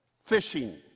fishing